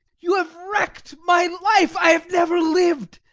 you have wrecked my life. i have never lived.